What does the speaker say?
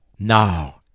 Now